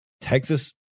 Texas